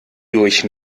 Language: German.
durch